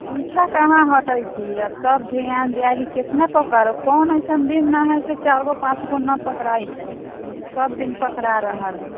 पीछा कहाँ हटै छी सब धियान देल कितना पकड़ब कोनो अइसन दिन नहि हइ कि चार गो पाँच गो नहि पकड़ाइत हइ सबदिन पकड़ा रहल हइ